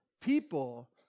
people